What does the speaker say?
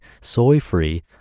soy-free